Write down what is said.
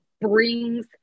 brings